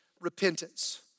repentance